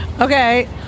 Okay